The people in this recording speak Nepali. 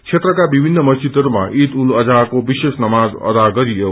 क्षेत्रका विभिन्न मरिजदहरूमा ईद उल जोद्राको विशेष नमाज अदा गरियो